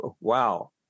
wow